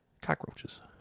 Cockroaches